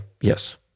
Yes